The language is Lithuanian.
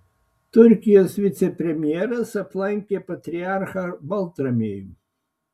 turkijos vicepremjeras aplankė patriarchą baltramiejų